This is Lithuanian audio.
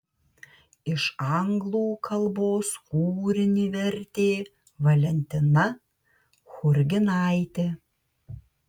iš anglų kalbos kūrinį vertė valentina churginaitė